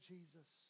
Jesus